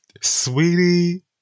Sweetie